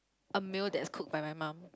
a meal that is cook by my mum